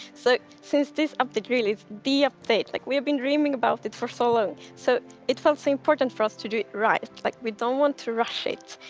so since this update really is the update, like, we have been dreaming about it for so long, so it felt so important for us to do right. like, we don't want to rush it.